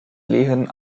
lehen